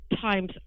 Time's